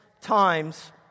times